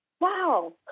wow